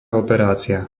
operácia